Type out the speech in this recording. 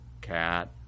cat